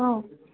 অঁ